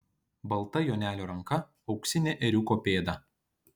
balta jonelio ranka auksinė ėriuko pėda